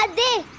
and the